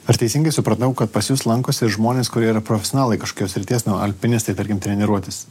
ar teisingai supratau kad pas jus lankosi ir žmonės kurie yra profesionalai kažkokios srities alpinistai tarkim treniruotis